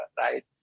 right